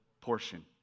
portion